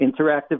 Interactive